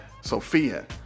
Sophia